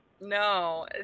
No